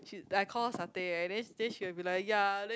she's I call satay right then then she will be like ya then